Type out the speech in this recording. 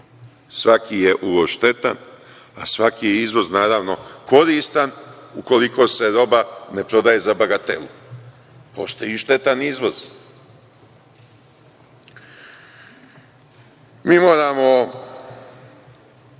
Svaki je uvoz štetan, a svaki je izvoz naravno koristan ukoliko se roba ne prodaje za bagatelu. Postoji štetan izvoz. Mi moramo